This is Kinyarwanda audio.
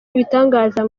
ibitangaza